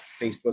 Facebook